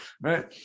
right